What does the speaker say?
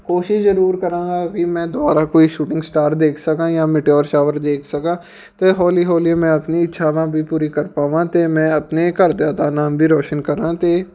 ਕੋਸ਼ਿਸ਼ ਜ਼ਰੂਰ ਕਰਾਂਗਾ ਕਿ ਮੈਂ ਦੁਬਾਰਾ ਕੋਈ ਸ਼ੂਟਿੰਗ ਸਟਾਰ ਦੇਖ ਸਕਾਂ ਜਾਂ ਮਿਟੇਔਰ ਸ਼ਾਵਰ ਦੇਖ ਸਕਾਂ ਅਤੇ ਹੌਲੀ ਹੌਲੀ ਮੈਂ ਆਪਣੀ ਇੱਛਾਵਾਂ ਵੀ ਪੂਰੀ ਕਰ ਪਾਵਾਂ ਅਤੇ ਮੈਂ ਆਪਣੇ ਘਰਦਿਆਂ ਦਾ ਨਾਮ ਵੀ ਰੋਸ਼ਨ ਕਰਾਂ ਅਤੇ